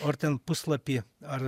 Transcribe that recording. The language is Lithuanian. o ar ten puslapy ar